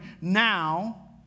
now